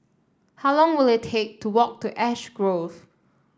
how long will it take to walk to Ash Grove